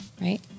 right